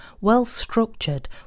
well-structured